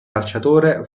calciatore